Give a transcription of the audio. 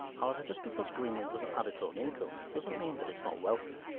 however, just because greenland doesn't have its own income doesn't mean that it's not wealthy.